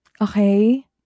Okay